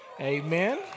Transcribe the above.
Amen